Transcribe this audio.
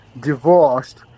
divorced